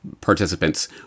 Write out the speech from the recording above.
participants